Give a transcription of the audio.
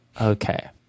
okay